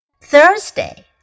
Thursday